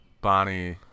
Bonnie